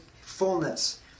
fullness